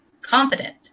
confident